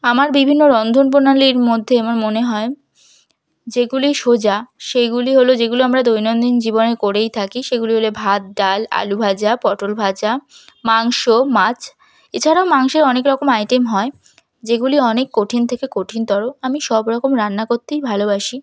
আমার বিভিন্ন রন্ধন প্রণালীর মধ্যে আমার মনে হয় যেগুলি সোজা সেইগুলি হল যেগুলো আমরা দৈনন্দিন জীবনে করেই থাকি সেগুলি হল ভাত ডাল আলু ভাজা পটল ভাজা মাংস মাছ এছাড়াও মাংসের অনেক রকম আইটেম হয় যেগুলি অনেক কঠিন থেকে কঠিনতর আমি সব রকম রান্না করতেই ভালোবাসি